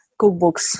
cookbooks